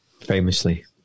famously